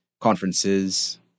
conferences